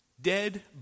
Dead